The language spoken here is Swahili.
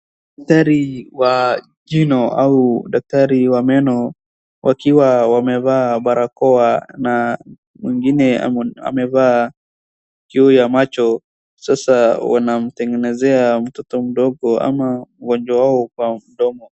Dakaari wa jino au daktari wa meno wakiwa wamevaa barakoa na mwingine amevaa kioo cha macho. Sasa wanamtengenezea mtoto mdogo ama mgonjwa wao kwa mdomo.